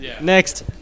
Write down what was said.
next